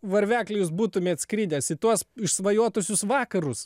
varvekli jūs būtumėt skridęs į tuos išsvajotuosius vakarus